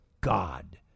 God